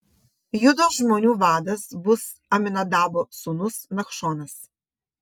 judo žmonių vadas bus aminadabo sūnus nachšonas